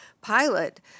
pilot